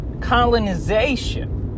colonization